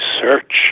search